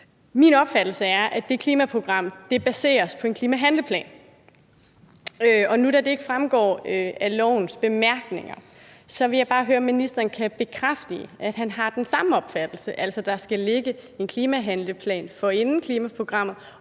Min opfattelse er, at det klimaprogram baseres på en klimahandleplan, og nu, da det ikke fremgår af lovens bemærkninger, vil jeg bare høre, om ministeren kan bekræfte, at han har den samme opfattelse, altså at der skal ligge en klimahandleplan inden klimaprogrammet